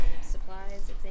supplies